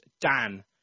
Dan